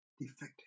defective